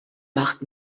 macht